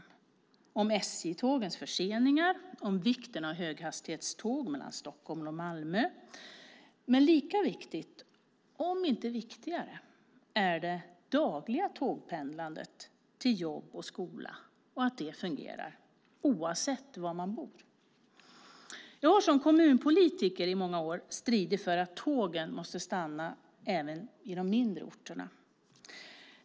Vi talar om SJ-tågens förseningar och om vikten av höghastighetståg mellan Stockholm och Malmö. Men lika viktigt, om inte viktigare, är det att det dagliga tågpendlandet till jobb och skola fungerar oavsett var man bor. Jag har som kommunpolitiker i många år stridit för att tågen måste stanna även i de mindre orterna.